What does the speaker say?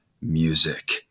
music